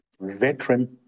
veteran